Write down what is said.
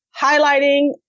highlighting